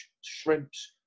shrimps